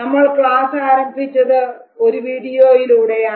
നമ്മൾ ക്ലാസ് ആരംഭിച്ചത് ഒരു വീഡിയോയിലൂടെയാണ്